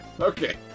Okay